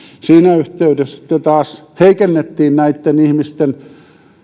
siinä yhteydessä sitten taas heikennettiin näitten ihmisten